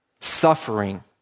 Suffering